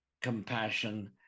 compassion